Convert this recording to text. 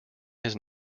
his